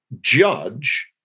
judge